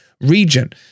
region